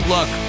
Look